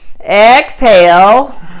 exhale